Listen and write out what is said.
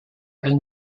and